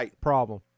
problem